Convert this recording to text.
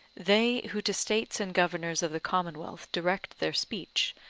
they, who to states and governors of the commonwealth direct their speech,